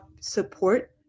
support